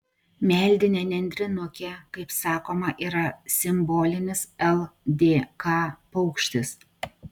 meldinė nendrinukė kaip sakoma yra simbolinis ldk paukštis